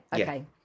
okay